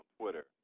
Twitter